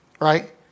right